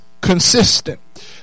consistent